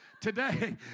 Today